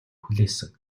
хүлээсэн